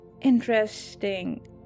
Interesting